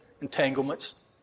entanglements